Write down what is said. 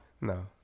No